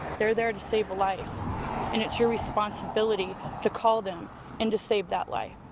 they're there to save a life and it's your responsibility to call them and to save that life.